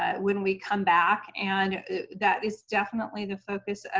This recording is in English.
ah when we come back. and that is definitely the focus of